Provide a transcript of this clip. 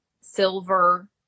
silver